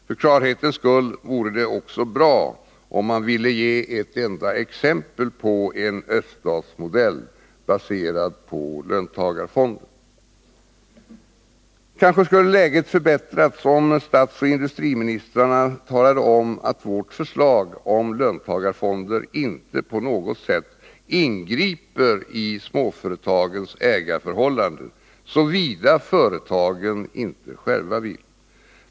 För klarhetens skull vore det också bra, om man ville ge ett enda exempel på en öststatsmodell, baserad på löntagarfonder. Kanske skulle läget förbättras, om statsoch industriministrarna talade om att vårt förslag om löntagarfonder inte på något sätt ingriper i småföretagens ägarförhållanden — såvida företagen inte själva vill.